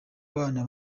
abana